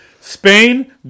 Spain